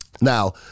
Now